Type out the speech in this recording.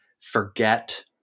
forget